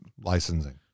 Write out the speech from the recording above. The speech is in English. Licensing